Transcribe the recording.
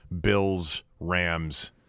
Bills-Rams